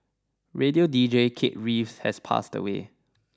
radio D J Kate Reyes has passed away